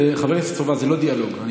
חבר הכנסת סובה, זה לא דיאלוג.